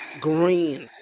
green